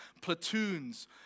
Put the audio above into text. platoons